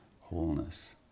wholeness